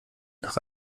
nach